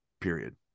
period